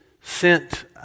sent